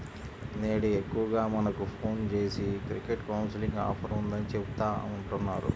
నేడు ఎక్కువగా మనకు ఫోన్ జేసి క్రెడిట్ కౌన్సిలింగ్ ఆఫర్ ఉందని చెబుతా ఉంటన్నారు